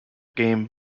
game